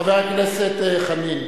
חבר הכנסת חנין.